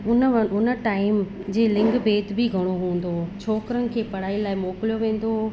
उन व उन टाइम जे लिंग भेद बि घणो हूंदो हुओ छोकरनि खे पढ़ाई लाइ मोकिलियो वेंदो हुओ